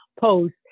Post